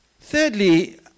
Thirdly